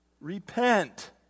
Repent